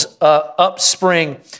upspring